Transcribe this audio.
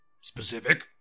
specific